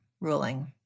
ruling